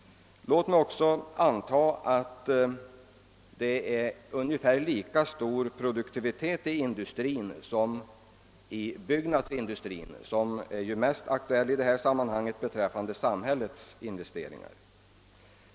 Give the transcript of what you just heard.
Låt mig också anta att produktiviteten är ungefär lika stor i industrin som i byggnadsindustrin, som ju är mest aktuell i sammanhang med samhällets investeringar.